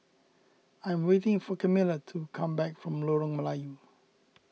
I am waiting for Camilla to come back from Lorong Melayu